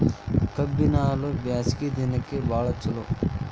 ಕಬ್ಬಿನ ಹಾಲು ಬ್ಯಾಸ್ಗಿ ದಿನಕ ಬಾಳ ಚಲೋ